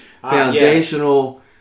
Foundational